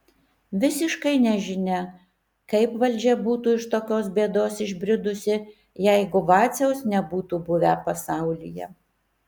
visiškai nežinia kaip valdžia būtų iš tokios bėdos išbridusi jeigu vaciaus nebūtų buvę pasaulyje